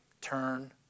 Turn